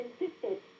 insisted